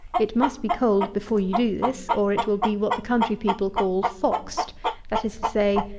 it must be cold before you do this, or it will be what the country-people call foxed that is to say,